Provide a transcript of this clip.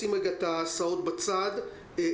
אם הן עובדות בשיתוף פעולה עם משרד החינוך,